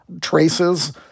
traces